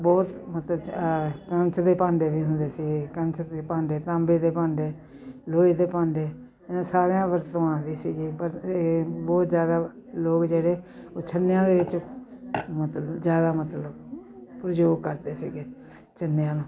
ਬਹੁਤ ਮਤਲਬ ਕੱਚ ਦੇ ਭਾਂਡੇ ਵੀ ਹੁੰਦੇ ਸੀ ਕੱਚ ਦੇ ਭਾਂਡੇ ਤਾਂਬੇ ਦੇ ਭਾਂਡੇ ਲੋਹੇ ਦੇ ਭਾਂਡੇ ਇਹਨਾਂ ਸਾਰਿਆਂ ਵਰਤੋਂ ਆਉਂਦੇ ਸੀਗੇ ਇਹ ਬਹੁਤ ਜ਼ਿਆਦਾ ਲੋਕ ਜਿਹੜੇ ਉਹ ਛੰਨਿਆਂ ਦੇ ਵਿੱਚ ਮਤਲਬ ਜ਼ਿਆਦਾ ਮਤਲਬ ਪ੍ਰਯੋਗ ਕਰਦੇ ਸੀਗੇ ਛੰਨਿਆਂ ਨੂੰ